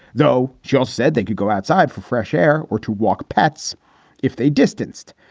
though joe said they could go outside for fresh air or to walk pets if they distanced.